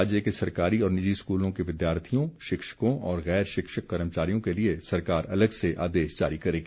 राज्य के सरकारी और निजी स्कूलों के विद्यार्थियों शिक्षकों और गैर शिक्षक कर्मचारियों के लिए सरकार अलग से आदेश जारी करेगी